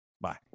bye